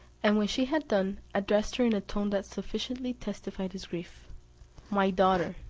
and when she had done, addressed her in a tone that sufficiently testified his grief my daughter,